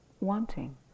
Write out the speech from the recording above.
wanting